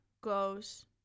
goes